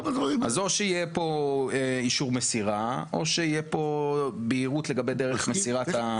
אז או שיהיה פה אישור מסירה או שתהיה פה בהירות לגבי דרך מסירת המכתב.